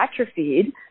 atrophied